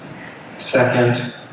Second